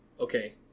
okay